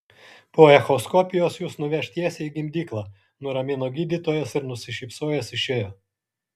po echoskopijos jus nuveš tiesiai į gimdyklą nuramino gydytojas ir nusišypsojęs išėjo